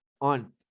on